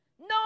No